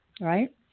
right